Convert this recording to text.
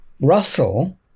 Russell